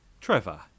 Trevor